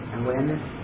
awareness